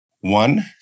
One